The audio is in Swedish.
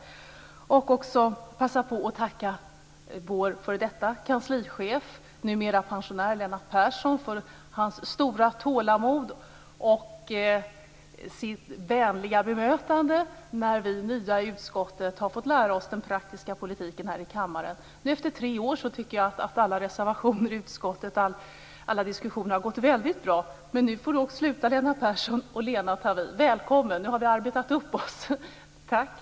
Jag vill också passa på att tacka vår f.d. kanslichef, numera pensionär, Lennart Persson för hans stora tålamod och hans vänliga bemötande när vi nya i utskottet har fått lära oss den praktiska politiken här i kammaren. Nu, efter tre år, tycker jag att alla reservationer och alla diskussioner i utskottet har gått väldigt bra, och nu slutar Lennart Persson och Lena tar vid. Välkommen, Lena, nu har vi alltså arbetat upp oss! Tack!